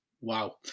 wow